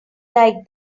like